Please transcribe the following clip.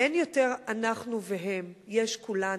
אין יותר "אנחנו" ו"הם", יש "כולנו".